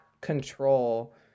control